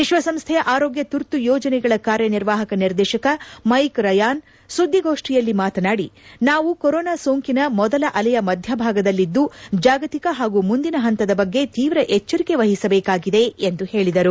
ವಿಶ್ಲಸಂಸ್ಥೆಯ ಆರೋಗ್ಯ ತುರ್ತು ಯೋಜನೆಗಳ ಕಾರ್ಯನಿರ್ವಾಹಕ ನಿರ್ದೇಶಕ ಮ್ಯೆಕ್ ರಯಾನ್ ಸುದ್ದಿಗೋಷ್ಣಿಯಲ್ಲಿ ಮಾತನಾದಿ ನಾವು ಕೊರೊನಾ ಸೋಂಕಿನ ಮೊದಲ ಅಲೆಯ ಮಧ್ಯಭಾಗದಲ್ಲಿದ್ದು ಜಾಗತಿಕ ಹಾಗೂ ಮುಂದಿನ ಹಂತದ ಬಗ್ಗೆ ತೀವ್ರ ಎಚ್ಚರಿಕೆ ವಹಿಸಬೇಕಾಗಿದೆ ಎಂದು ಹೇಳಿದರು